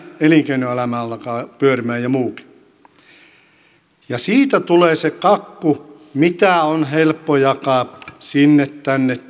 elinkeinoelämä alkaa pyörimään ja muukin siitä tulee se kakku mitä on helppo jakaa sinne tänne